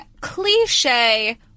cliche